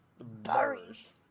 Berries